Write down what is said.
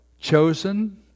Chosen